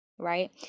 right